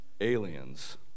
aliens